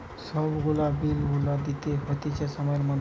সব গুলা বিল গুলা দিতে হতিছে সময়ের মধ্যে